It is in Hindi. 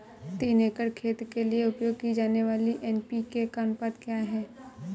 तीन एकड़ खेत के लिए उपयोग की जाने वाली एन.पी.के का अनुपात क्या है?